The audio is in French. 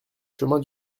chemin